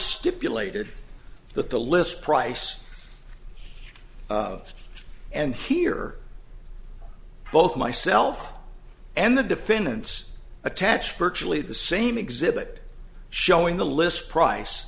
stipulated that the list price of and here both myself and the defendants attached virtually the same exhibit showing the list price